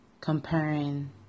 comparing